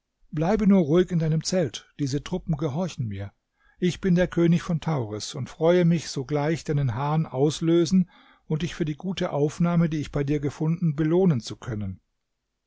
bleibe nur ruhig in deinem zelt diese truppen gehorchen mir ich bin der könig von tauris und freue mich sogleich deinen hahn auslösen und dich für die gute aufnahme die ich bei dir gefunden belohnen zu können